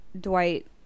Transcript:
Dwight